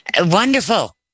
Wonderful